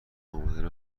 امدن